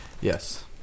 Yes